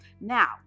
Now